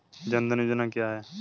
जनधन योजना क्या है?